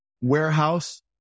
warehouse